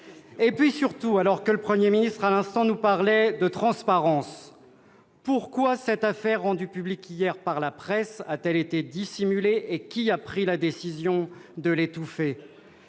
? Ah ... Alors que le Premier ministre nous parlait à l'instant de transparence, pourquoi cette affaire, rendue publique hier par la presse, a-t-elle été dissimulée et qui a pris la décision de l'étouffer ?